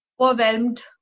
overwhelmed